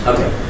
Okay